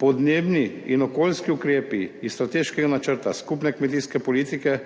Podnebni in okoljski ukrepi iz strateškega načrta skupne kmetijske politike